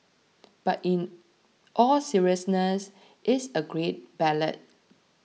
but in all seriousness it's a great ballad